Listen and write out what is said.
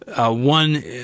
one